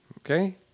Okay